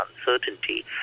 uncertainty